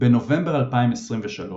בנובמבר 2023,